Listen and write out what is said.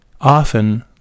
Often